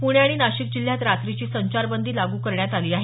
पुणे आणि नाशिक जिल्ह्यात रात्रीची संचारबंदी लागू करण्यात आली आहे